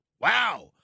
wow